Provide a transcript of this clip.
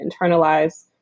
internalize